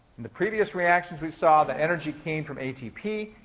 and the previous reactions we saw the energy came from atp.